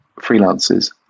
freelancers